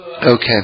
Okay